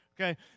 Okay